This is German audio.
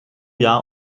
jahr